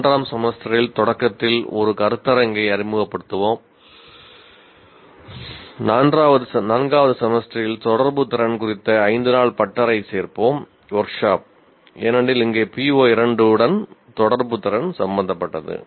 மூன்றாம் செமஸ்டரில் தொடக்கத்தில் ஒரு கருத்தரங்கை சேர்ப்போம் ஏனெனில் இங்கே PO2 தொடர்புதிறன் சம்பந்தப்பட்டது